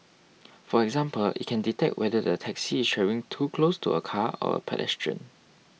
for example it can detect whether the taxi is travelling too close to a car or a pedestrian